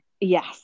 Yes